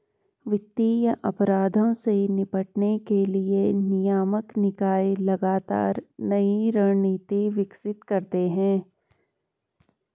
वित्तीय अपराधों से निपटने के लिए नियामक निकाय लगातार नई रणनीति विकसित करते हैं